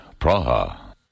Praha